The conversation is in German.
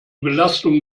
belastung